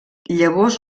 llavors